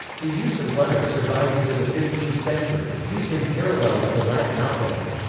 the use of runor survived into the fifteenth century, used in parallel with the latin alphabet.